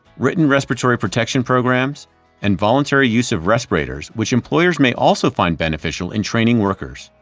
written respiratory protection programs and voluntary use of respirators, which employers may also find beneficial in training workers.